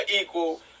equal